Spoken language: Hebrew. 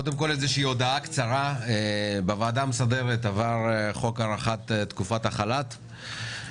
קודם כול הודעה קצרה: בוועדה המסדרת עברה הצעת חוק הארכת תקופת החל"ת.